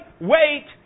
wait